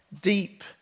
Deep